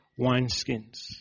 wineskins